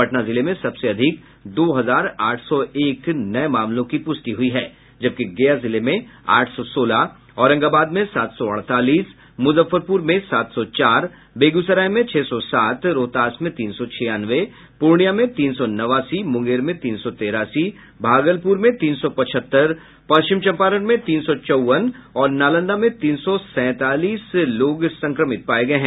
पटना जिले में सबसे अधिक दो हजार आठ सौ एक नये मामलों की पुष्टि हुई है जबकि गया जिले में आठ सौ सोलह औरंगाबाद में सात सौ अड़तालीस मुजफ्फरपुर मे सात सौ चार बेगूसराय में छह सौ सात रोहतास में तीन सौ छियानवे पूर्णिया में तीन सौ नवासी मुंगेर में तीन सौ तेरासी भागलपुर में तीन सौ पचहत्तर पश्चिम चंपारण में तीन सौ चौवन और नालंदा में तीन सौ सैंतालीस लोग संक्रमित पाये गये हैं